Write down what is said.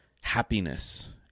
happiness